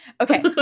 Okay